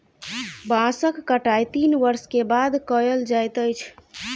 बांसक कटाई तीन वर्ष के बाद कयल जाइत अछि